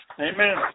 Amen